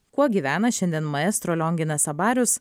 kuo gyvena šiandien maestro lionginas abarius